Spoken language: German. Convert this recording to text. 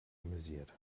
amüsiert